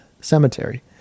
cemetery